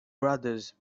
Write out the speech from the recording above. brothers